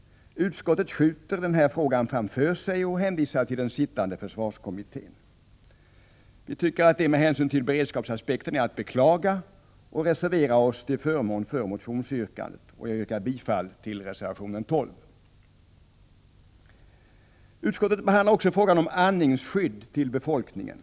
Utskottet skjuter denna fråga framför sig och hänvisar till den arbetande försvarskommittén. Vi tycker att det med hänsyn till beredskapsaspekten är att beklaga och reserverar oss till förmån för motionsyrkandet. Jag yrkar bifall till reservation 12. Utskottet behandlar också frågan om andningsskydd till befolkningen.